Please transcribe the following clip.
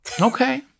Okay